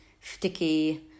sticky